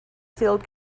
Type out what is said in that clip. filled